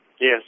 yes